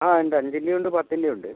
ആ ഉണ്ട് അഞ്ചിന്റെയും ഉണ്ട് പത്തിന്റെയും ഉണ്ട്